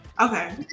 okay